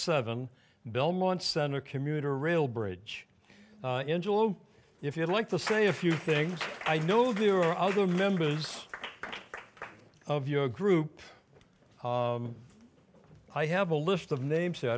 seven belmont center commuter rail bridge into low if you'd like to say a few things i know there are other members of your group i have a list of names